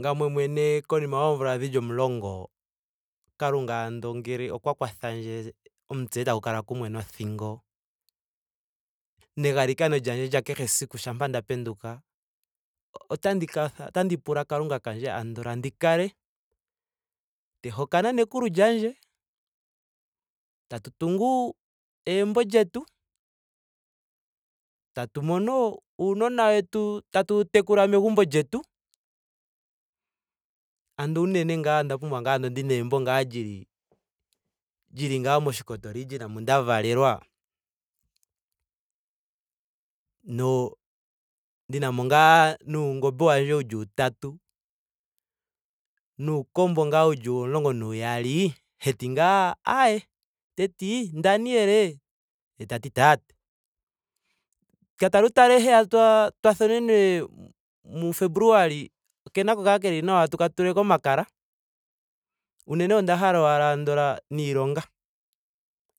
Ngamwe mwene andola komeho yoomvula omulongo kalunga ngela ando okwa kwatha ndje omutse etagu kala kumwe nothingo. negalikano lyandje lyakehe esiku shampa nda penduka otandi otandi pula kalunga kandje andola ndi kale te hokana nekulu lyandje. tatu tungu egumbo lyetu. tatu mono uunona wetu. tatu wu tekula megumbo lyetu. andola unene onda pumbwa ngaa ndina egumbo ngaa lili lili nga moshikoto region mu nda valelwa. No- ndina mo ngaa nuungombe wandje wuli utatu. nuukombo ngaa uli omulonga na uyali. heti ngaa ayee teti daniel ee. ye tati "taatee"ka tale utale heya twa- twa thonene mu febuluali okena oku kala keli nawa tuka tule komakala. Unene onda hala owala andola niilonga.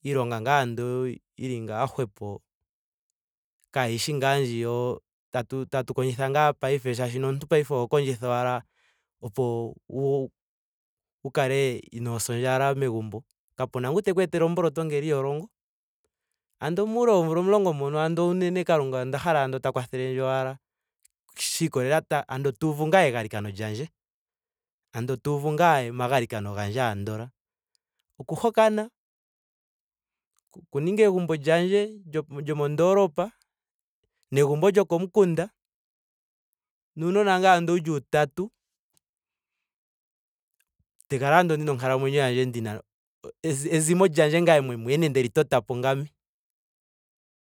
Iilonga ngaa andola yili hwepo. kayiishi ngaa yo. tatu tatu kondjitha ngaa paife shaashi omuntu paife oho kondjitha owala opo wu- wu kale inoo sa ondjala megumbo. kapena ngu teku etele omboloto ngele iho longo. Ando muule moomvula omulongo mono andola unene kalunga onda hala andola ta kwathelendje owala shiikolelela ta. andola tuuvu ngaa egalikano lyandje. ando tuuvu ngaa omagalikano gandje andola. oku hokana. oku ninga egumbo lyandje lyoko lyomondoolopa. negumbo lyokomukunda. nuunonga ngaa andola wuli utatu. te kala andola ndina onkalamwenyo yandje ndina ezi- ezimo lyandje ngame mwene ndeli totapo ngame